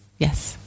Yes